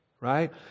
right